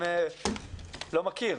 לא מכיר,